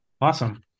awesome